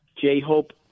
J-Hope